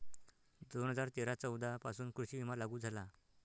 दोन हजार तेरा चौदा पासून कृषी विमा लागू झाला